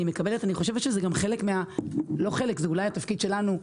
אני חושבת שזה גם אולי התפקיד שלנו,